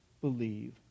believe